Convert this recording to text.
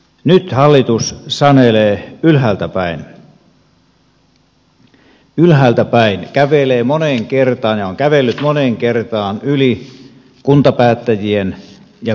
nyt hallitus sanelee ylhäältä päin ylhäältä päin kävelee moneen kertaan ja on kävellyt moneen kertaan yli kuntapäättäjien ja kuntalaisten kansalaisten